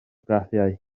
graffiau